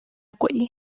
chuyện